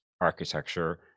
architecture